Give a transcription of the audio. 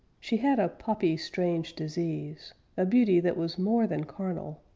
she had a poppy-strange disease a beauty that was more than carnal,